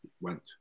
went